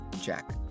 Jack